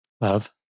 love